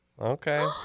Okay